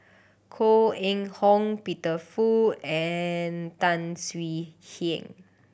Koh Eng Hoon Peter Fu and Tan Swie Hian